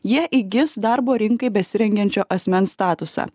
jie įgis darbo rinkai besirengiančio asmens statusą